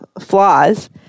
flaws